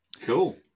Cool